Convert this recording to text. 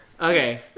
Okay